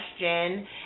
question